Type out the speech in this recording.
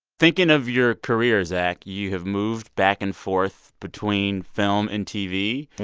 thinking of your career, zach, you have moved back and forth between film and tv.